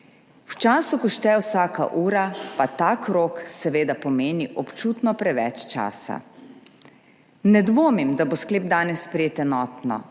v času, ko šteje vsaka ura, pa ta krog seveda pomeni občutno preveč časa. Ne dvomim, da bo sklep danes sprejet enotno,